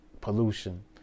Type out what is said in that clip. pollution